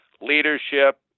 leadership